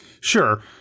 sure